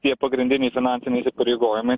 tie pagrindiniai finansiniai įsipareigojimai